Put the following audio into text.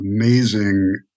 amazing